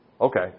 okay